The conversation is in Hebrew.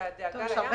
הדאגה לים.